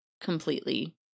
Completely